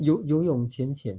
游游泳浅浅